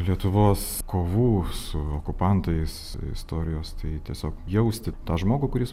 lietuvos kovų su okupantais istorijos tai tiesiog jausti tą žmogų kuris